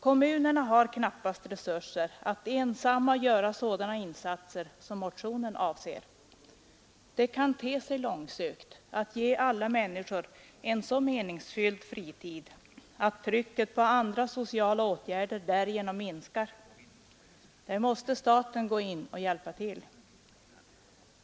Kommunerna har knappast resurser att ensamma göra sådana insatser som motionen avser. Det kan te sig långsökt att ge alla människor en så meningsfylld fritid att trycket på andra sociala åtgärder därigenom minskar. Där måste staten gå in och hjälpa till.